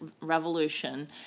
Revolution